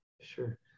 Sure